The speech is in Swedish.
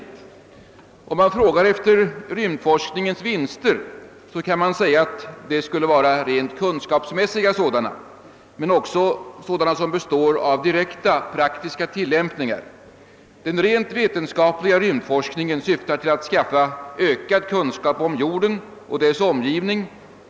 Som svar på frågan om vilka vinster rymdforskningen medför kan man svara att dessa främst är kunskapsmässiga. Men vinster finns också att hämta i praktiska tillämpningar. Den rent vetenskapliga rymdforskningen syftar till att skaffa ökad kunskap om jorden och dess omgivning.